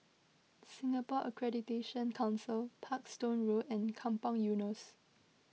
Singapore Accreditation Council Parkstone Road and Kampong Eunos